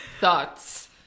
Thoughts